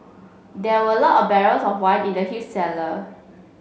there were lot of barrels of wine in the huge cellar